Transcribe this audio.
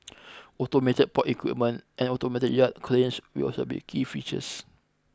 automated port equipment and automated yard cranes will also be key features